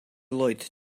lloyd